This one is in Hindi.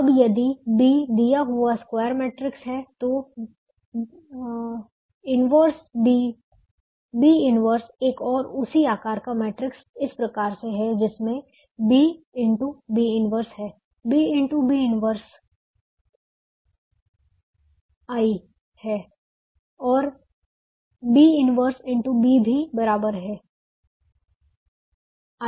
अब यदि B दिया हुआ स्क्वेयर मैट्रिक्स है तो B 1 एक और उसी आकार का मैट्रिक्स इस प्रकार से है जिसमें B x B 1 हैं B x B 1 I I है और B 1 x B भी बराबर है I आई के